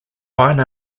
fine